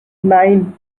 nine